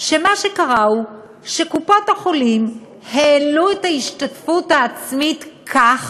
שמה שקרה הוא שקופות-החולים העלו את ההשתתפות העצמית כך